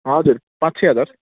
हजुर पाँच छ हजार